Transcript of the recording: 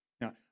Now